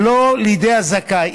ולא לידי הזכאי.